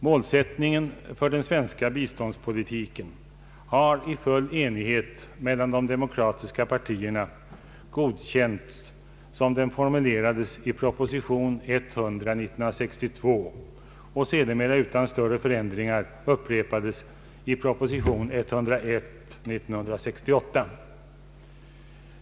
Målsättningen för den svenska biståndspolitiken har i full enighet mellan de demokratiska partierna godkänts som den formulerades i proposition 100 år 1962 och sedermera utan större förändringar upprepades i proposition 101 år 1968.